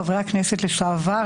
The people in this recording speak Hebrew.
חברי הכנסת לשעבר,